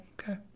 okay